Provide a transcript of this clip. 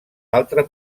altre